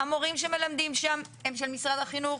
המורים שמלמדים שם הם של משרד החינוך,